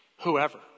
Whoever